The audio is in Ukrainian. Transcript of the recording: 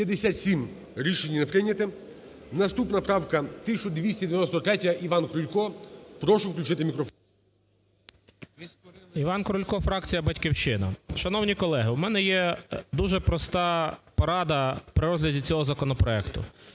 Іван Крулько, фракція "Батьківщина". Шановні колеги, у мене є дуже проста порада при розгляді цього законопроекту.